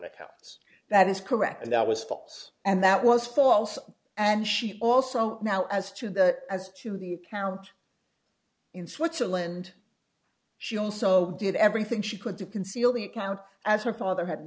accounts that is correct and that was false and that was false and she also now as to that as to the account in switzerland she also did everything she could to conceal the account as her father had